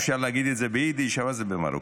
אפשר להגיד את זה ביידיש, אבל זה במרוקאית.